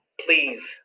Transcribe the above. please